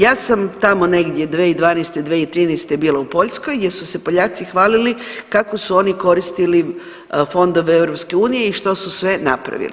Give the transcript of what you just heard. Ja sam tamo negdje 2012., 2013. bila u Poljskoj gdje su se Poljaci hvalili kako su oni koristili fondove EU i što su sve napravili.